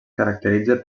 caracteritza